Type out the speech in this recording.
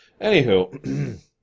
Anywho